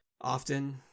Often